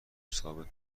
ثابت